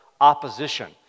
opposition